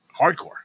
hardcore